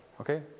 Okay